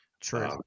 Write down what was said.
true